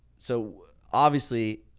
so obviously.